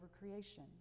creation